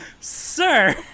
Sir